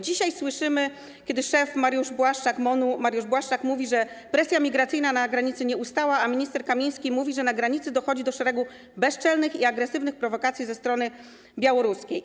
Dzisiaj słyszymy, że szef MON-u Mariusz Błaszczak mówi, że presja migracyjna na granicy nie ustała, a minister Kamiński mówi, że na granicy dochodzi do szeregu bezczelnych i agresywnych prowokacji ze strony białoruskiej.